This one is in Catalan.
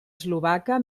eslovaca